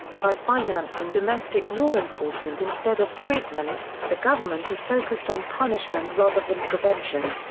by financing domestic law enforcement instead of treatment, the government has focused on punishment rather than prevention.